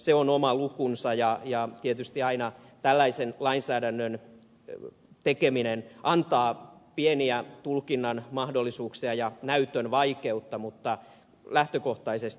se on oma lukunsa ja tietysti aina tällaisen lainsäädännön tekeminen antaa pieniä tulkinnan mahdollisuuksia ja näytön vaikeutta mutta lähtökohtaisesti ed